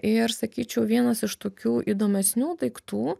ir sakyčiau vienas iš tokių įdomesnių daiktų